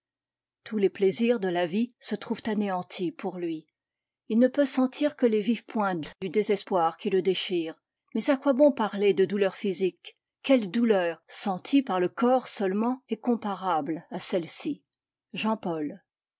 tous les plaisirs de la vie se trouvent anéantis pour lui il ne peut sentir que les vives pointes du désespoir qui le déchire mais à quoi bon parler de douleur physique quelle douleur sentie par le corps seulement est comparable à celle-ci jean-paul